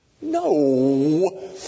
no